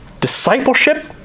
Discipleship